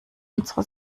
unsere